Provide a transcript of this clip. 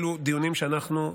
אלו דיונים שאנחנו,